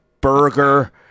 burger